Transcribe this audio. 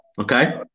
okay